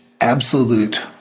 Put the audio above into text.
absolute